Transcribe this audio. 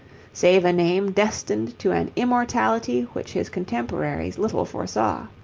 save a name destined to an immortality which his contemporaries little foresaw.